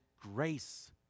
grace